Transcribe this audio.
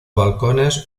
balcones